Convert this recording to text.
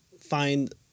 find